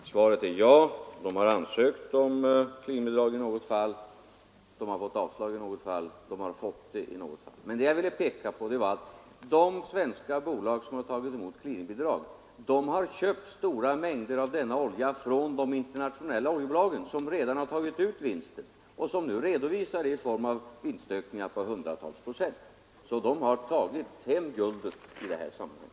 Herr talman! Svaret är ja. Bolagen har ansökt om clearingbidrag. De har fått avslag i något fall, de har fått bidrag i något fall. Vad jag ville peka på var att de svenska bolag som tagit emot clearingbidrag har köpt stora mängder av olja från de internationella oljebolagen, som redan har tagit ut vinsten och som nu redovisar den i form av vinstökningar på hundratals procent. De har alltså tagit hem guldet i det här sammanhanget.